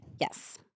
Yes